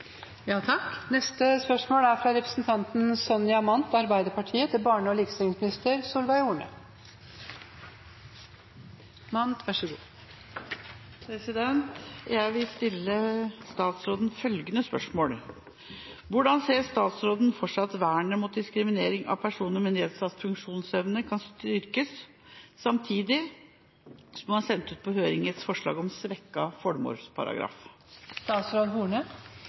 Jeg vil stille statsråden følgende spørsmål: «Hvordan ser statsråden for seg at vernet mot diskriminering av personer med nedsatt funksjonsevne kan styrkes, samtidig som hun har sendt på høring et forslag om svekket formålsparagraf?»